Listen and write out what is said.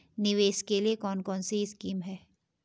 निवेश के लिए कौन कौनसी स्कीम हैं?